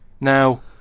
Now